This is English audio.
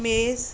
maize